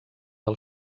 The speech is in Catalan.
del